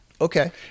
Okay